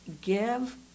give